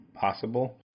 possible